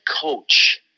coach